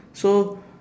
so